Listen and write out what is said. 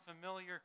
familiar